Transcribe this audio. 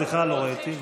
סליחה, לא ראיתי.